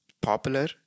popular